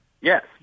Yes